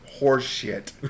horseshit